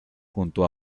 junto